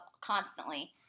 constantly